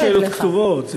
אבל אין לי שאלות כתובות.